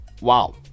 wow